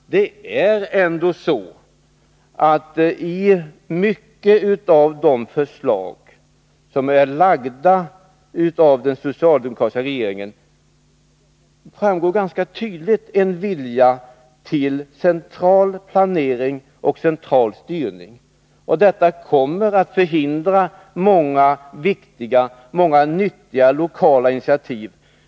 Av många av de förslag som den socialdemokratiska regeringen lagt fram framgår ganska tydligt en vilja till central planering och central styrning. Detta kommer att förhindra många viktiga och nyttiga lokala initiativ.